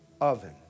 oven